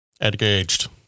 Engaged